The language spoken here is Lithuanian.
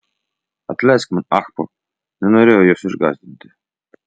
atleisk man ahpo nenorėjau jos išgąsdinti